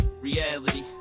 Reality